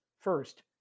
first